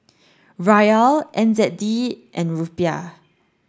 Riyal N Z D and Rupiah